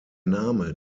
name